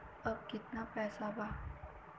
अब कितना पैसा बा?